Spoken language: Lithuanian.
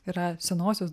yra senosios